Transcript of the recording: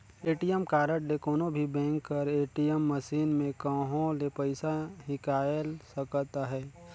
ATM card ले कोनो भी बेंक कर ए.टी.एम मसीन में कहों ले पइसा हिंकाएल सकत अहे